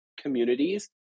communities